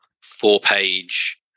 four-page